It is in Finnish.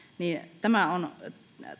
on